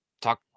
Talk